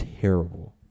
terrible